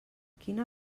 quina